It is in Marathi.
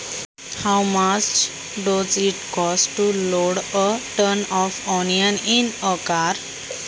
एक टन कांदा गाडीमध्ये चढवण्यासाठीचा किती खर्च आहे?